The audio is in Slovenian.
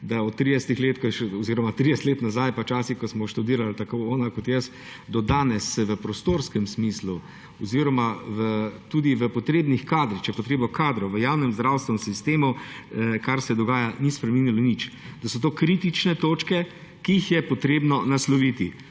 da se 30 let nazaj pa v časih, ko smo študirali tako ona kot jaz, do danes se v prostorskem smislu oziroma tudi v potrebnih kadrih, če je potreba kadrov v javnem zdravstvenem sistemu, kar se dogaja, ni spremenilo nič, da so to kritične točke, ki jih je treba nasloviti.